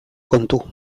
kontu